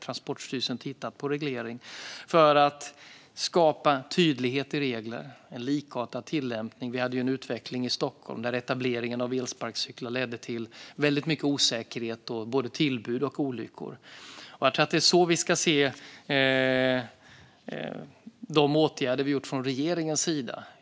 Transportstyrelsen tittar på en reglering för att skapa en tydlighet i fråga om regler och en likartad tillämpning. Vi hade en utveckling i Stockholm, där etableringen av elsparkcyklar ledde till väldigt mycket osäkerhet och både tillbud och olyckor. Jag tror att det är så vi ska se de åtgärder vi gjort från regeringens sida.